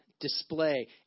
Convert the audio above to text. display